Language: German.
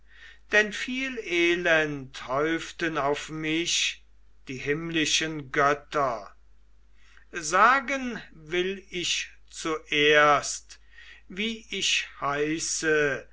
denn viel elend häuften auf mich die himmlischen götter sagen will ich zuerst wie ich heiße